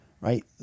right